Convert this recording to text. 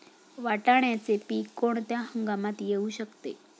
वाटाण्याचे पीक कोणत्या हंगामात येऊ शकते?